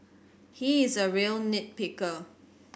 he is a real nit picker